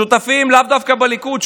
שותפים לאו דווקא בליכוד,